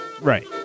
right